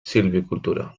silvicultura